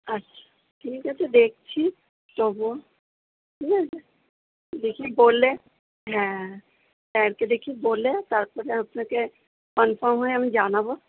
আচ্ছা ঠিক আছে দেখছি তবুও ঠিক আছে দেখি বলে হ্যাঁ স্যারকে দেখি বলে তারপরে আপনাকে কনফার্ম হয়ে আমি জানাব